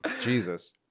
Jesus